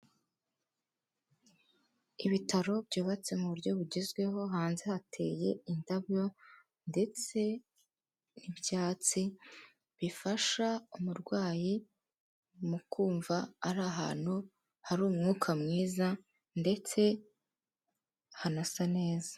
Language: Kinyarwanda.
Ibitaro byubatse mu buryo bugezweho, hanze hateye indabyo ndetse n'ibyatsi bifasha umurwayi mu kumva ari ahantu hari umwuka mwiza ndetse hanasa neza.